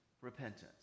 repentance